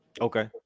Okay